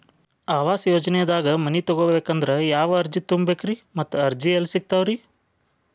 ಆವಾಸ ಯೋಜನೆದಾಗ ಮನಿ ತೊಗೋಬೇಕಂದ್ರ ಯಾವ ಅರ್ಜಿ ತುಂಬೇಕ್ರಿ ಮತ್ತ ಅರ್ಜಿ ಎಲ್ಲಿ ಸಿಗತಾವ್ರಿ?